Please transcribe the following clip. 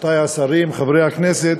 רבותי השרים, חברי הכנסת,